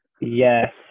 Yes